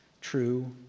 true